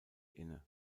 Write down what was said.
inne